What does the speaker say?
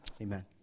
amen